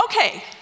okay